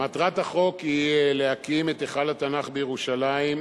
מטרת החוק היא להקים את היכל התנ"ך בירושלים,